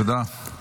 תודה.